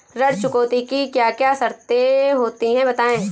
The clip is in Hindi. ऋण चुकौती की क्या क्या शर्तें होती हैं बताएँ?